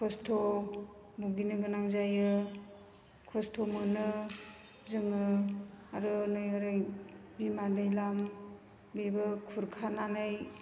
खस्त' भुगिनो गोनां जायो खस्त' मोनो जोङो आरो नै ओरै बिमा दैलाम बेबो खुरखानानै